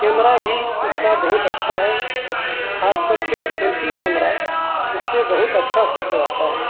camera بھی اس کا بہت اچّھا ہے خاص کر کے سیلفی کیمرا اس سے بہت اچّھا فوٹو آتا ہے